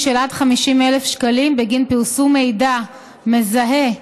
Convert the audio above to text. של עד 50,000 בגין פרסום מידע מזהה